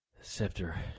Scepter